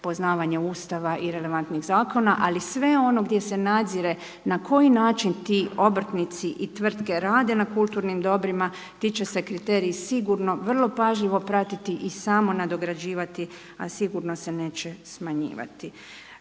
poznavanje Ustava i relevantnih zakona. Ali sve ono gdje se nadzire na koji način ti obrtnici i tvrtke rade na kulturnim dobrima ti će se kriteriji sigurno vrlo pažljivo pratiti i samo nadograđivati, a sigurno se neće smanjivati.